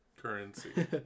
Currency